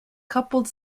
coupled